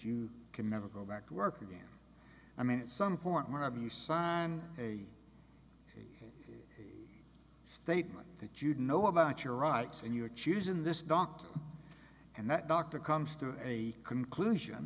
you can never go back to work again i mean at some point one of you sign a statement that you'd know about your rights and you are choosing this doctor and that doctor comes to a conclusion